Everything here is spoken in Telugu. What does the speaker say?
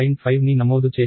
5ని నమోదు చేశాము 1